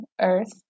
earth